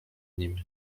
nim